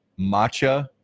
matcha